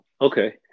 Okay